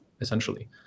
essentially